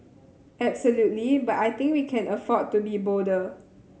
absolutely but I think we can afford to be bolder